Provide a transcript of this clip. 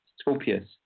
Scorpius